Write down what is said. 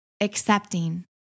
accepting